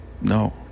no